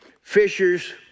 fishers